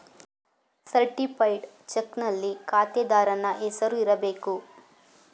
certified ಚಕ್ನಲ್ಲಿ ಖಾತೆದಾರನ ಹೆಸರು ಇರಬೇಕು